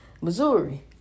Missouri